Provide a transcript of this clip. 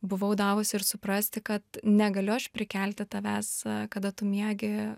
buvau davusi ir suprasti kad negaliu aš prikelti tavęs kada tu miegi